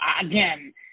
again